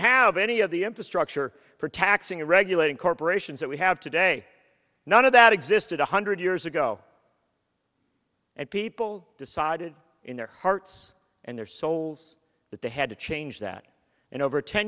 have any of the infrastructure for taxing regulating corporations that we have today none of that existed one hundred years ago and people decided in their hearts and their souls that they had to change that and over a ten